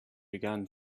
began